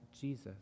Jesus